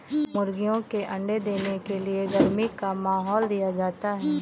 मुर्गियों के अंडे देने के लिए गर्मी का माहौल दिया जाता है